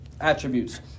attributes